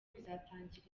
bizatangira